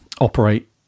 operate